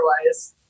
otherwise